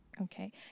Okay